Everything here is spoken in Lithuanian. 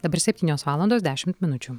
dabar septynios valandos dešimt minučių